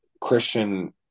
Christian